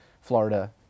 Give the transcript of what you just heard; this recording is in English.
Florida